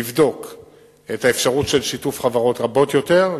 לבדוק את האפשרות של שיתוף חברות רבות יותר,